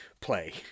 play